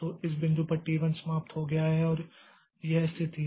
तो इस बिंदु पर टी 1 समाप्त हो गया है और यह स्थिति है